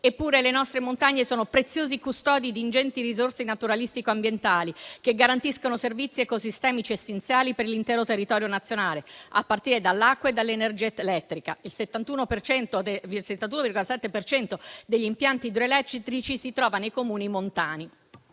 Eppure le nostre montagne sono preziosi custodi di ingenti risorse naturalistico-ambientali, che garantiscono servizi ecosistemici essenziali per l'intero territorio nazionale, a partire dall'acqua e dall'energia elettrica (il 71,7 per cento degli impianti idroelettrici si trova nei Comuni montani).